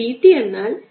E